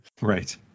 Right